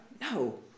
No